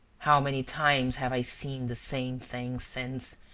how many times have i seen the same thing since,